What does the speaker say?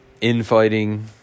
infighting